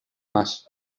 más